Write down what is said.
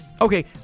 Okay